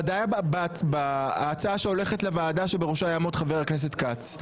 ודאי בהצעה שהולכת לוועדה שבראשה יעמוד חבר הכנסת כץ.